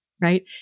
right